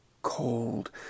cold